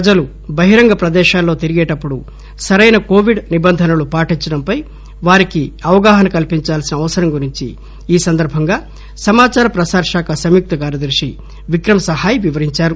ప్రజలు బహిరంగ ప్రదేశాల్లో తిరిగేటప్పుడు సరైన కోవిడ్ నిబంధనలు పాటించడంపై వారికి అవగాహన కల్పించాల్సిన అవసరం గురించి ఈ సందర్బంగా సమాచార ప్రసార శాఖ సంయుక్త కార్యదర్శి విక్రమ్ సహాయ్ వివరించారు